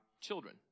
children